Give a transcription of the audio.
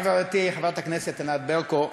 חברתי חברת הכנסת ענת ברקו,